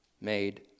made